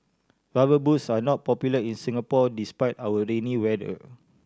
Rubber Boots are not popular in Singapore despite our rainy weather